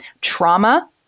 trauma